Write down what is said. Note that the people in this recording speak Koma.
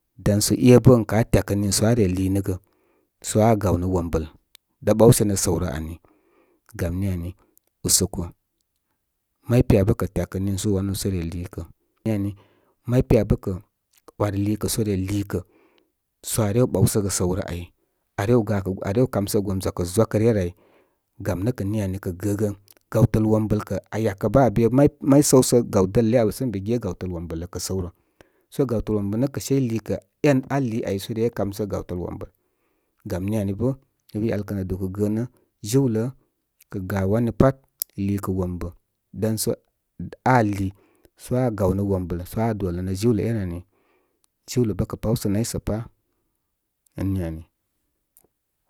Dan sə e’bə ən kə aá tya kə nììsə are lììnəgə, sə aa gawnə wombəl da’ ɓawsə ne səw rə ani. Gam ni ari uso ko. May peya bə kə̀ tyakə nììsə so wanu so re lììkə. Nì ani may piyabə’ kə̀ war lììkə sə re lìì kə̀ sə aa rew ɓawsəgə səw rə a’y. Are gakə, arew kamsəgə gwam gwakə wakə ryə rə áy. Gam nə kə’ nī ani kə’. Gəgən. Gawtəl wombəl kə’ aa yakə bə abe. May may səw sə gaw dəl le abə. Sə ən be ge gawtəl wombəl lə. Kə̀ səw rə. So gawtəl wom bə nə́ kə’ sai lìì kə eń a a líí áy so re ye kamsə yə gaw təl wombəl. Gam ńi̍ ani bə mɪ bə’yalkə̀ nə̄ du̍ kə̀ gəənə’ jiwlə’ kə’ ga’ wanya fat lìì kə wombə damso aa lìì sə aa gawnə wombəl so aa dolənə jiwlə e’nī ani. Jiwla’ bə’ ka’ pawsə nay sə pa’, ən ni ani.